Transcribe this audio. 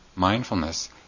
mindfulness